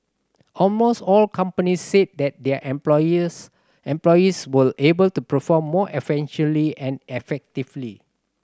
almost all companies said that their employees employees were able to perform more efficiently and effectively